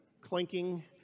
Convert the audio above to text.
Clinking